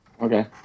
Okay